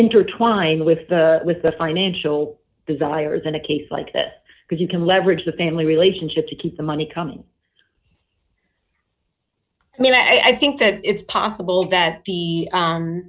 intertwined with the with the financial desires in a case like that because you can leverage the family relationship to keep the money coming i think that it's possible that th